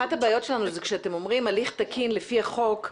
אחת הבעיות שלנו זה כשאתם אומרים הליך תקין לפי החוק.